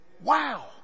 Wow